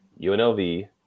UNLV